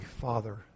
Father